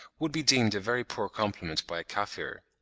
would be deemed a very poor compliment by a kaffir.